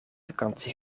vakantie